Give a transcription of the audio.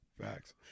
Facts